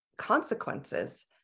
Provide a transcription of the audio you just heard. Consequences